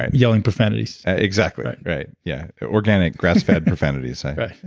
and yelling profanities exactly, right. right, yeah. organic, grass fed profanities right